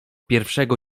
pierwszego